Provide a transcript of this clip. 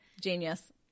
Genius